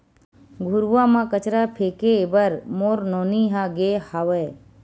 घुरूवा म कचरा फेंके बर मोर नोनी ह गे हावय